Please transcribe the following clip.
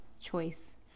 choice